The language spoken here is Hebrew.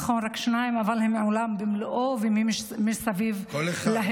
נכון, רק שניים, אבל הם עולם ומלואו, ומסביב להם.